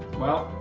well,